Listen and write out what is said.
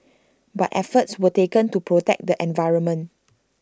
but efforts were taken to protect the environment